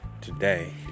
today